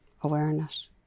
awareness